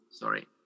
Sorry